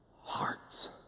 hearts